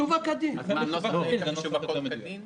אז בנוסח נכתוב "שווק כדין"?